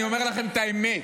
אני אומר לכם את האמת.